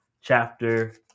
chapter